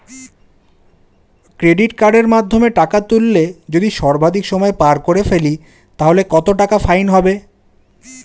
Credit কার্ডের মাধ্যমে টাকা তুললে যদি সর্বাধিক সময় পার করে ফেলি তাহলে কত টাকা ফাইন হবে?